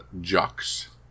Jock's